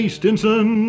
Stinson